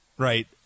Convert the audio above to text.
Right